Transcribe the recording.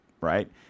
right